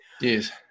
Yes